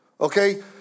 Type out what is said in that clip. okay